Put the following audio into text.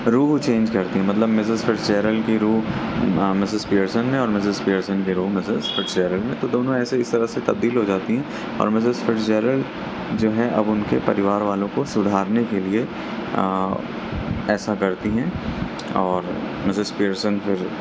روح چینج کرتی ہیں مطلب مسز فیڈچیرل کی روح مسز پیئرسن میں اور مسز پیئرسن کی روح مسز فیڈچیرل میں تو دونوں ایسے اس طرح سے تبدیل ہو جاتی ہیں اور مسز فیڈچیرل جو ہے اب ان کے پریوار والوں کو سدھارنے کے لئے ایسا کرتی ہیں اور مسز پیئرسن کو جو